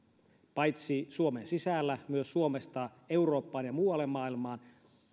paitsi suomen sisällä myös suomesta eurooppaan ja muualle maailmaan